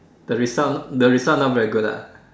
the result not the result not very good ah